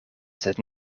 sed